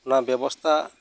ᱚᱱᱟ ᱵᱮᱵᱚᱥᱛᱟ